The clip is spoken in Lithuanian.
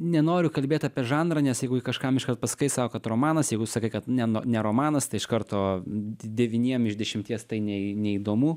nenoriu kalbėti apie žanrą nes jeigu kažkam iškart pasakai sako kad romanas jeigu sakai kad ne no ne romanas tai iš karto devyniem iš dešimties tai neį neįdomu